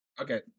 Okay